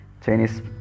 Chinese